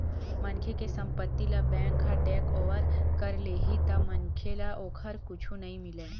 मनखे के संपत्ति ल बेंक ह टेकओवर कर लेही त मनखे ल ओखर कुछु नइ मिलय